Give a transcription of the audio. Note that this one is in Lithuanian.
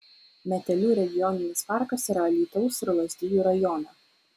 metelių regioninis parkas yra alytaus ir lazdijų rajone